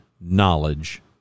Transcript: knowledge